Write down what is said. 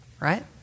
Right